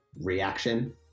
reaction